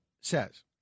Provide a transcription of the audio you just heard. says